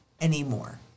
anymore